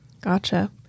Gotcha